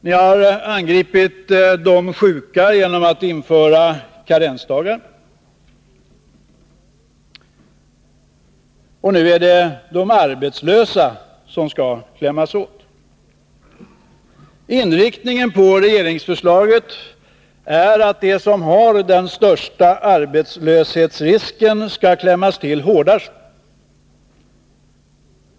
Ni har angripit de sjuka genom införandet av karensdagar, och nu är det de arbetslösa som skall klämmas åt. Regeringsförslagets inriktning går ut på att de som löper den största arbetslöshetsrisken skall klämmas åt hårdast.